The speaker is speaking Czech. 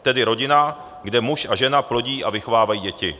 Tedy rodina, kde muž a žena plodí a vychovávají děti.